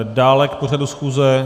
Dále k pořadu schůze?